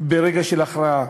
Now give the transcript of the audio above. ברגע של הכרעה.